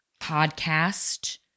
podcast